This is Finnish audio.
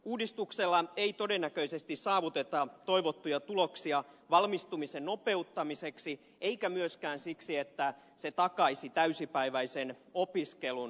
uudistuksella ei todennäköisesti saavuteta toivottuja tuloksia valmistumisen nopeuttamiseksi eikä myöskään täysipäiväisen opiskelun takaamiseksi